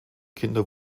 kinder